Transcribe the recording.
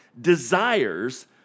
Desires